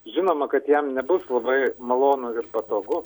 žinoma kad jam nebus labai malonu ir patogu